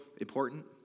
important